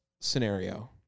scenario